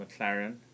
McLaren